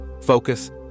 focus